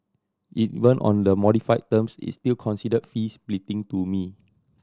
even on the modified terms it's still considered fee splitting to me